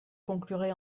conclurai